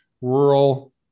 rural